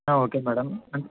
okay madam